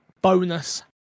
bonus